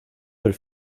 del